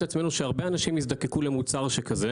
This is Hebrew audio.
נמצא עצמנו שהרבה אנשים יזדקקו למוצר שכזה